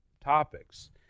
topics